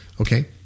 Okay